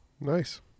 nice